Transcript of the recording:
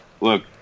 look